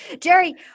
Jerry